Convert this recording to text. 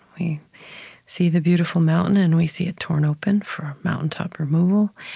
we see the beautiful mountain and we see it torn open for um mountaintop removal.